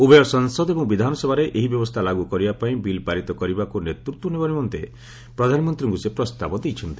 ଉଭୟ ସଂସଦ ଏବଂ ବିଧାନସଭାରେ ଏହି ବ୍ୟବସ୍ରା ଲାଗୁ କରିବା ପାଇଁ ବିଲ୍ ପାରିତ କରିବାକୁ ନେତୂତ୍ୱ ନେବା ନିମନ୍ତେ ପ୍ରଧାନମନ୍ତୀଙ୍କୁ ସେ ପ୍ରସ୍ତାବ ଦେଇଛନ୍ତି